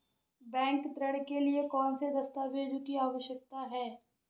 Bank ऋण के लिए कौन से दस्तावेजों की आवश्यकता है?